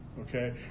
Okay